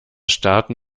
starten